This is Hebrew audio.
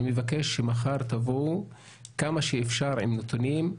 אני מבקש שמחר תבואו כמה שאפשר עם נתונים,